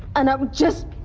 and i would just.